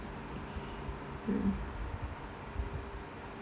mm